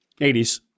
80s